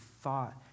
thought